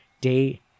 day